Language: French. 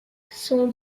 son